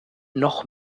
noch